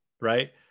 right